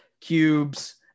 cubes